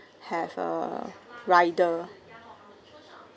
have a rider